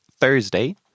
Thursday